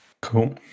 Cool